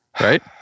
Right